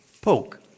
poke